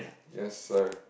yes sir